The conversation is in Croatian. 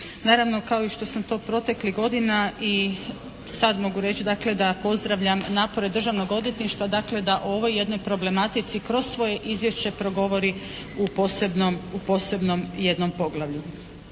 Naravno kao i što sam to proteklih godina i sad mogu reći dakle da pozdravljam napore Državnog odvjetništva, dakle da o ovoj jednoj problematici kroz svoje izvješće progovori u posebnom jednom poglavlju.